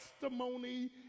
testimony